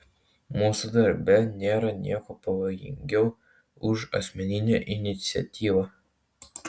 mūsų darbe nėra nieko pavojingiau už asmeninę iniciatyvą